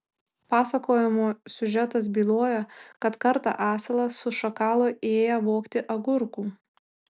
pasakojimo siužetas byloja kad kartą asilas su šakalu ėję vogti agurkų